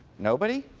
nobody?